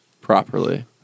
Properly